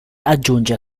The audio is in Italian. aggiunge